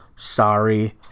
Sorry